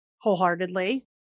wholeheartedly